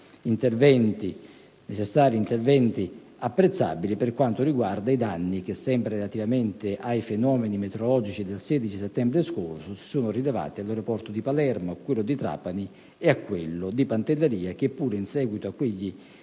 stati necessari interventi apprezzabili per quanto riguarda i danni che, sempre relativamente ai fenomeni meteorologici del 16 settembre scorso, si sono rilevati all'aeroporto di Palermo, a quello di Trapani e a quello di Pantelleria, che pure in seguito a quegli